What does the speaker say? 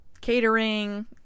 catering